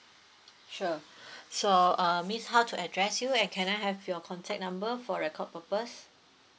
sure so uh miss how to address you and can I have your contact number for record purpose